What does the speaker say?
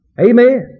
Amen